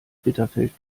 bitterfeld